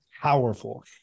powerful